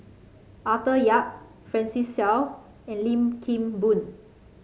Arthur Yap Francis Seow and Lim Kim Boon